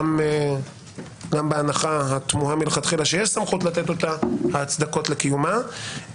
גם בהנחה התמוהה מלכתחילה שיש סמכות לתת אותה ההצדקות לקיומה.